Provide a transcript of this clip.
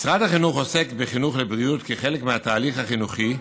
משרד החינוך עוסק בחינוך לבריאות כחלק מהתהליך החינוכי,